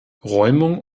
räumung